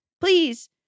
Please